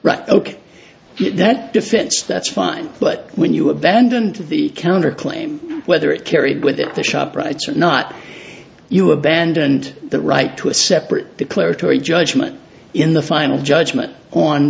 right ok that defense that's fine but when you abandoned the counterclaim whether it carried with it the shop rights or not you abandoned that right to a separate declaratory judgment in the final judgment on